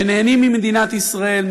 שנהנים ממדינת ישראל,